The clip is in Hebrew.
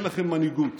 אין לכם מנהיגות.